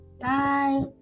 Bye